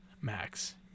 Max